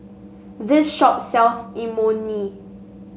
this shop sells Imoni